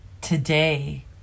Today